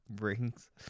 rings